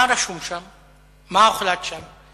מה רשום שם, מה הוחלט שם?